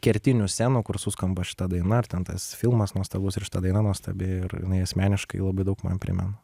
kertinių scenų kur suskamba šita daina ten tas filmas nuostabus ir šita daina nuostabi ir jinai asmeniškai labai daug man primena